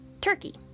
Turkey